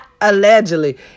allegedly